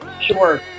Sure